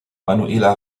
manuela